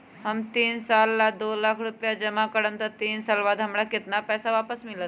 हम तीन साल ला दो लाख रूपैया जमा करम त तीन साल बाद हमरा केतना पैसा वापस मिलत?